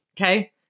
okay